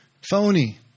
Phony